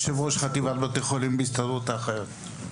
יושב-ראש חטיבת בתי חולים בהסתדרות האחיות.